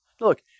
Look